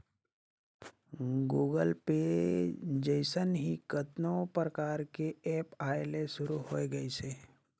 Google Pay जइसन ही कतनो परकार के ऐप आये ले शुरू होय गइसे